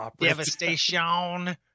Devastation